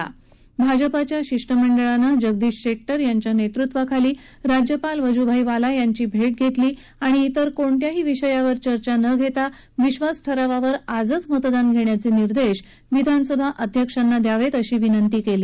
दरम्यान भाजपाच्या शिष्टमंडळानं जगदीश शेट्टर यांच्या नेतृत्वाखाली राज्यपाल वजूभाई वाला यांची भेट घेतली आणि इतर कोणत्याही विषयावर चर्चा न घेता विश्वास ठरावावर आजच मतदान घेण्याचे निर्देश विधानसभा अध्यक्षांना द्यावेत अशी विनंती केली